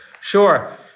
Sure